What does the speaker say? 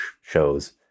shows